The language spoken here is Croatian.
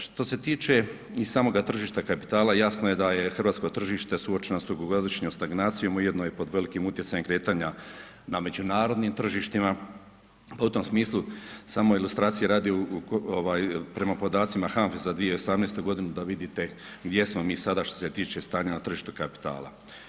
Što se tiče i samoga tržišta kapitala jasno je da je hrvatsko tržište suočeno s dugogodišnjom stagnacijom ujedno je pod velikim utjecajem kretanja na međunarodnim tržištima, pa u tom smislu samo ilustracije radi prema podacima HANFA-e za 2018.g. da vidite gdje smo mi sada što se tiče stanja na tržištu kapitala.